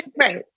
Right